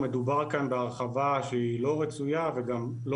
מדובר כאן בהרחבה שהיא לא רצויה וגם לא